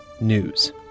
news